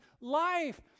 life